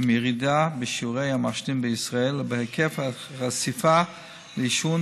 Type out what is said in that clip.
עם ירידה בשיעורי המעשנים בישראל ובהיקף החשיפה לעישון